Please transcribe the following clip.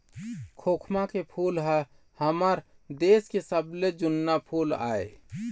खोखमा के फूल ह हमर देश के सबले जुन्ना फूल आय